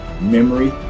memory